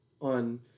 on